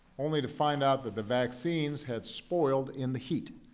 only to find out that the vaccines had spoiled in the heat.